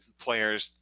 players